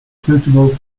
suitable